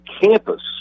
campus